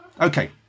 Okay